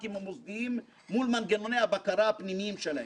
הבנקים והמוסדיים מול מנגנוני הבקרה הפנימיים שלהם: